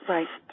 Right